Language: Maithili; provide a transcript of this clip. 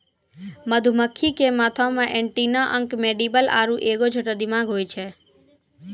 मधुमक्खी के माथा मे एंटीना अंक मैंडीबल आरु एगो छोटा दिमाग होय छै